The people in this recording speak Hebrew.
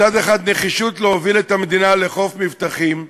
מצד אחד, נחישות להוביל את המדינה לחוף מבטחים,